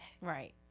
Right